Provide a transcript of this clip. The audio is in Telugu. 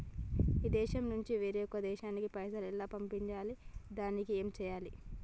ఈ దేశం నుంచి వేరొక దేశానికి పైసలు ఎలా పంపియ్యాలి? దానికి ఏం చేయాలి?